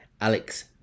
Alex